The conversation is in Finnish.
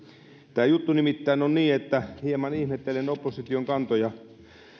tämä juttu nimittäin on niin että hieman ihmettelen opposition kantoja